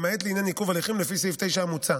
למעט לעניין עיכוב הליכים לפי סעיף 9 המוצע.